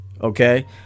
okay